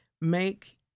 Make